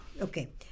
Okay